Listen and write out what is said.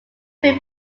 film